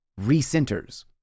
recenters